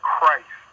Christ